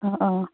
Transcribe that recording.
अ अ